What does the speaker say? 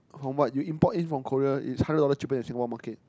from what you import in from Korea is hundred dollar cheaper then Singapore market